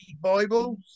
Bibles